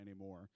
anymore